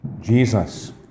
Jesus